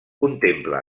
contempla